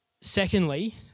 Secondly